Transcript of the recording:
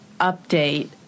update